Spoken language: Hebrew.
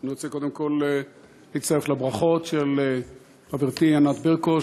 אני רוצה קודם כול להצטרף לברכות לחברתי ענת ברקו,